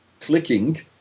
clicking